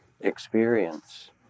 experience